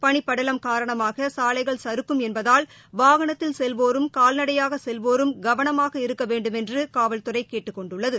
பனிப்படலம் காரணமாக சாலைகள் சறுக்கும் என்பதால் வாகனத்தில் செல்வோரும் கால்நடையாக செல்வோரும் கவனமாக இருக்க வேண்டும் என்று காவல்துறை கேட்டுக் கொண்டுள்ளது